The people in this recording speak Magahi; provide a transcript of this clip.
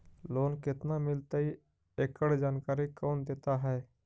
लोन केत्ना मिलतई एकड़ जानकारी कौन देता है?